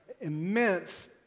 immense